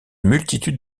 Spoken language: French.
multitude